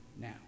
now